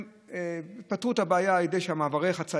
הם פתרו את הבעיה על ידי זה שמעברי החציה,